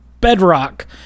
bedrock